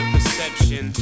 perception